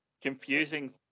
confusing